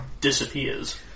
disappears